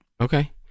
Okay